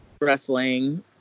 wrestling